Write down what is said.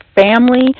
family